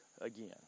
again